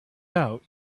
out